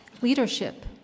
Leadership